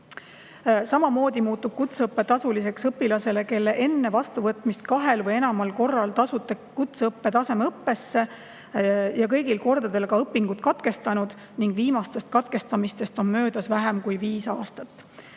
Samamoodi muutub kutseõpe tasuliseks õpilasele, kes enne tema vastuvõtmist kahel või enamal korral on tasuta kutseõppe tasemeõppes õpingud katkestanud ning viimasest katkestamisest on möödas vähem kui viis aastat.